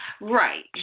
Right